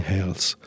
Health